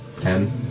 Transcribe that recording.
ten